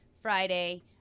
Friday